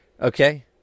okay